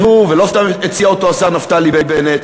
והיא, ולא סתם הציע אותו השר נפתלי בנט,